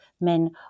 men